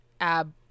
ab